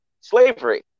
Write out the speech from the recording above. slavery